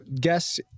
guess